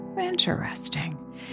interesting